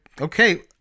okay